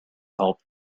help